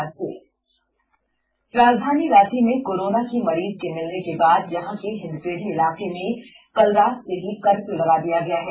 Ranchi corona राजधानी रांची में corona की मरीज के मिलने के बाद यहां के हिन्दपीढी इलाके में कल रात से ही कर्फ्यू लगा दिया गया है